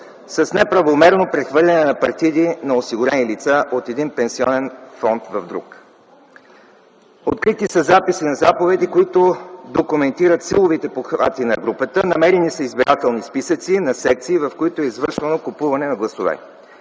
с неправомерно прехвърляне на партиди на осигурени лица от един пенсионен фонд в друг. Открити са записи на заповеди, които документират силовите похвати на групата. Намерени са избирателни списъци на секции, в които е извършвано купуване на гласове.